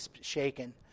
shaken